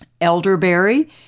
elderberry